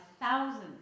thousands